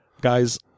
Guys